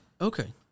Okay